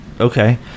Okay